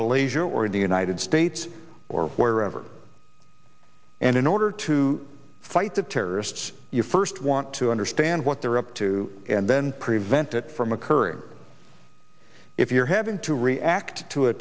malaysia or in the united states or wherever and in order to fight the terrorists you first want to understand what they're up to and then prevent it from occurring if you're having to react to a